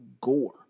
Gore